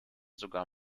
sogar